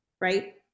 Right